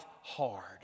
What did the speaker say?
hard